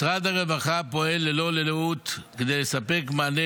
משרד הרווחה פועל ללא לאות כדי לספק מענה